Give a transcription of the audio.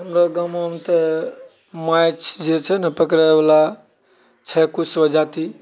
हमरो गामो मऽ तऽ माछ जे छै ने पकड़ैवला छै कुछो जाति